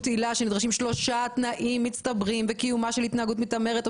עילה שנדרשים בה שלושה תנאים מצטברים וקיומה של התנהגות מתעמרת או